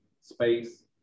space